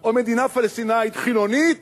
או מדינה פלסטינית חילונית.